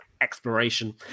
exploration